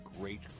great